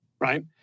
right